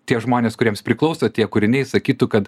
tie žmonės kuriems priklauso tie kūriniai sakytų kad